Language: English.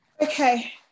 Okay